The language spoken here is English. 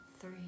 three